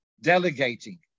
delegating